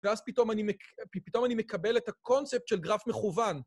ואז פתאום אני מקבל את הקונספט של גרף מכוון.